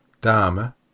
Dharma